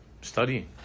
studying